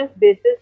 basis